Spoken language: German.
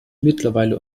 mittlerweile